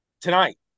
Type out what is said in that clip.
tonight